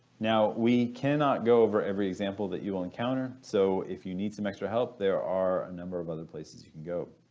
now we cannot go over every example that you will encounter, so if you need some extra help, there are a number of other places you can go.